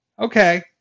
Okay